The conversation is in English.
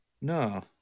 No